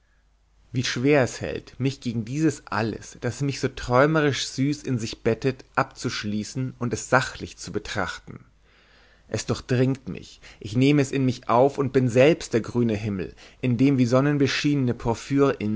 wie schwer es hält mich gegen dieses alles das mich so träumerisch süß in sich bettet abzuschließen und es sachlich zu betrachten es durchdringt mich ich nehme es in mich auf und bin selbst der grüne himmel in dem wie sonnenbeschienene porphyrinseln